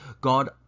God